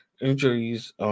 injuries